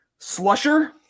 Slusher